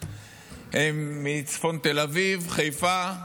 הם מצפון תל אביב, חיפה,